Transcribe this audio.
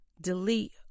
delete